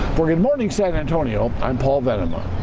we're good morning, san antonio and paul venema.